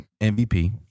MVP